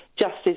justice